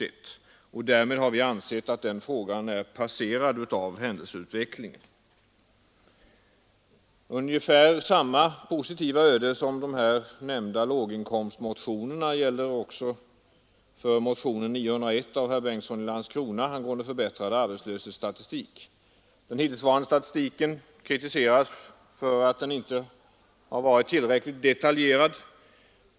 Därmed anser vi att den frågan har passerats av händelseutvecklingen. Ungefär samma positiva öde som de nämnda låginkomstmotionerna har mött motionen 901 av herr Bengtsson i Landskrona angående förbättrad arbetslöshetsstatistik. Den hittillsvarande statistiken kritiseras för att den inte varit tillräckligt detaljerad.